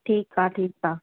ठीकु आहे ठीकु आहे